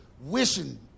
wishing